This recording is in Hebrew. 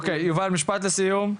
אוקיי, יובל משפט לסיום.